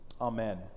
Amen